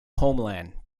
homeland